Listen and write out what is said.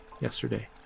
yesterday